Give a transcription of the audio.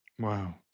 Wow